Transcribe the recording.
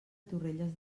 torrelles